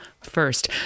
first